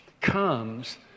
comes